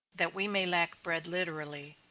that we may lack bread literally?